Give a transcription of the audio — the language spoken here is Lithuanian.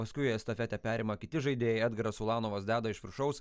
paskui estafetę perima kiti žaidėjai edgaras ulanovas deda iš viršaus